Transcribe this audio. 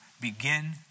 Begin